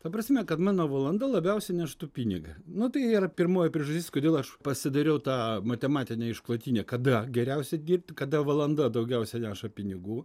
ta prasme kad mano valanda labiausiai neštų pinigą nu tai yra pirmoji priežastis kodėl aš pasidariau tą matematinę išklotinę kada geriausia dirbt kada valanda daugiausiai neša pinigų